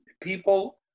people